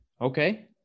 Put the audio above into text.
Okay